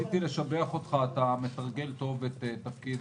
רציתי גם לשבח אותך, אתה מתרגל טוב את תפקיד